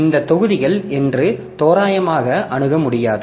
இந்த தொகுதிகள் என்று தோராயமாக அணுக முடியாது